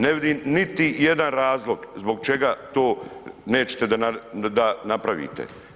Ne vidim niti jedan razlog zbog čega to nećete da napravite.